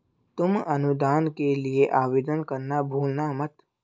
तुम अनुदान के लिए आवेदन करना भूलना मत